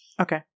Okay